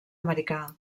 americà